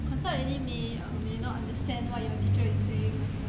consult already may or may not understand what your teacher is saying also